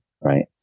right